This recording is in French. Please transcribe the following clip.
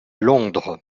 londres